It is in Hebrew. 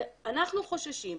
אנחנו חוששים,